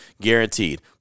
guaranteed